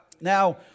Now